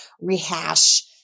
rehash